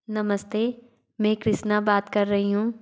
नमस्ते में कृष्णा बात कर रही हूँ